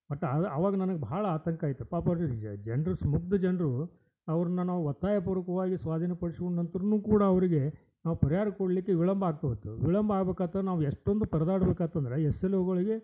but ಅದು ಅವಾಗ ನನ್ಗೆ ಭಾಳ ಆತಂಕ ಆಯ್ತು ಪಾಪ ಅವ್ರು ಜನರು ಮುಗ್ದ ಜನರೂ ಅವ್ರನ್ನ ನಾವು ಒತ್ತಾಯ ಪೂರ್ವಕವಾಗಿ ಸ್ವಾಧೀನ ಪಡಿಸ್ಕೊಂಡಂತ್ರೂನೂ ಕೂಡ ಅವರಿಗೆ ನಾವು ಪರಿಹಾರ ಕೊಡಲಿಕ್ಕೆ ವಿಳಂಬ ಆಗ್ತಾ ಹೋಯ್ತು ವಿಳಂಬ ಆಗ್ಬೇಕಾಯ್ತು ನಾವು ಎಷ್ಟೊಂದು ಪರದಾಡ್ಬೇಕಾಯ್ತಂದ್ರ ಎಸ್ ಎಲ್ ಓ ಗಳಿಗೆ